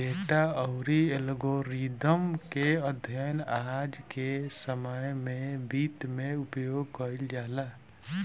data अउरी algorithm के अध्ययन आज के समय में वित्त में उपयोग कईल जाला